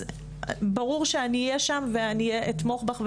אז ברור שאני אהיה שם ואני אתמוך בך,